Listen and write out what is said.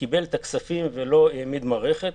שקיבל את הכספים ולא העמיד מערכת.